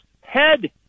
head